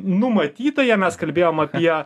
numatytoją mes kalbėjom apie